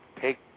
take